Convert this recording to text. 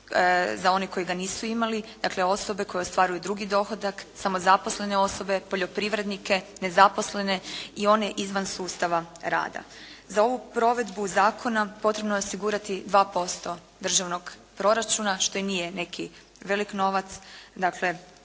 za one koji ga nisu imali, dakle osobe koje ostvaruju drugi dohodak, samozaposlene osobe, poljoprivrednike, nezaposlene i one izvan sustava rada. Za ovu provedbu zakona potrebno je osigurati 2% državnog proračuna, što i nije neki veliki novac, dakle